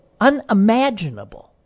unimaginable